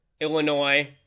Illinois